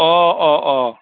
অঁ অঁ অঁ